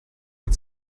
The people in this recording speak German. hat